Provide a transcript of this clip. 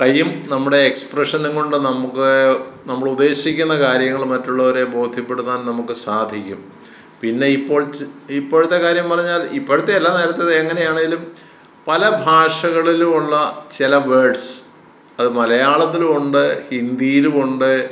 കൈയും നമ്മുടെ എക്സ്പ്രഷനും കൊണ്ട് നമുക്ക് നമ്മൾ ഉദ്ദേശിക്കുന്ന കാര്യങ്ങൾ മറ്റുള്ളവരെ ബോധ്യപ്പെടുത്താൻ നമുക്ക് സാധിക്കും പിന്നെ ഇപ്പോൾ ഇപ്പോഴത്തെ കാര്യം പറഞ്ഞാൽ ഇപ്പോഴത്തെയല്ല നേരത്തേത് എങ്ങനെയാണെങ്കിലും പല ഭാഷകളിലുമുള്ള ചില വേർഡ്സ് അത് മലയാളത്തിലുമുണ്ട് ഹിന്ദിയിലുമുണ്ട്